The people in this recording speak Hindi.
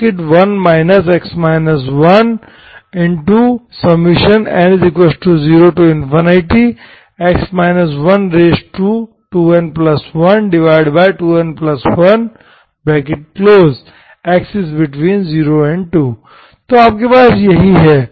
yxd1x 1d21 x 1n02n12n1 0x2 तो आपके पास यही है